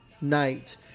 night